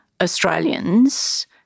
Australians